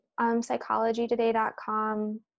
psychologytoday.com